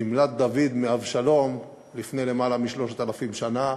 נמלט דוד מאבשלום לפני למעלה מ-3,000 שנה,